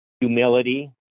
humility